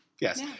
Yes